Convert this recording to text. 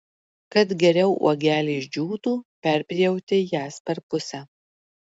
kad geriau uogelės džiūtų perpjauti jas per pusę